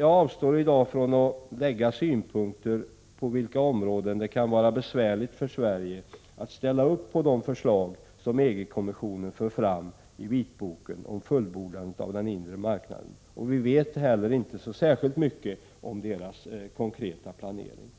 Jag avstår i dag från att anlägga synpunkter på frågan inom vilka områden det kan vara speciellt besvärligt för Sverige att ställa upp på de förslag som EG-kommissionen för fram i vitboken om fullbordandet av den inre marknaden. Vi vet för övrigt inte särskilt mycket om kommissionens konkreta planering.